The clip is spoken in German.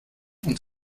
und